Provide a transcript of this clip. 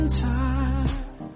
time